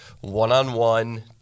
one-on-one